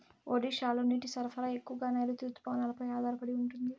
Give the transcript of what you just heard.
ఒడిశాలో నీటి సరఫరా ఎక్కువగా నైరుతి రుతుపవనాలపై ఆధారపడి ఉంటుంది